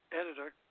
editor